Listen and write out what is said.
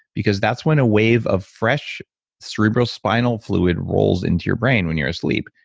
because that's when a wave of fresh cerebral spinal fluid rolls into your brain when you're asleep,